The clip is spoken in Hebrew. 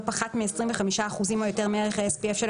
לא פחת ב-25% או יותר מערך ה-SPF של